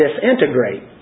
disintegrate